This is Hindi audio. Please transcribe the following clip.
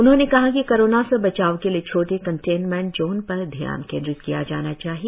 उन्होंने कहा कि कोरोना से बचाव के लिए छोटे कंटेनमेंट जोन पर ध्यान केन्द्रित किया जाना चाहिए